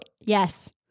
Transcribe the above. Yes